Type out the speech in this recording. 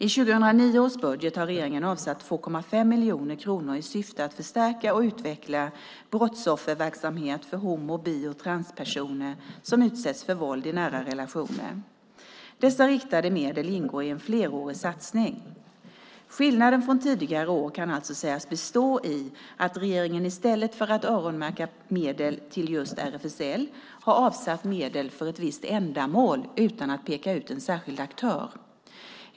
I 2009 års budget har regeringen avsatt 2,5 miljoner kronor i syfte att förstärka och utveckla brottsofferverksamhet för homo och bisexuella samt transpersoner som utsatts för våld i nära relationer. Dessa riktade medel ingår i en flerårig satsning. Skillnaden från tidigare år kan alltså sägas bestå i att regeringen i stället för att öronmärka medel till just RFSL har avsatt medel för ett visst ändamål utan att peka ut en särskild aktör.